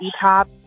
top